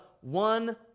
one